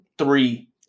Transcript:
Three